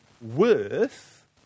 worth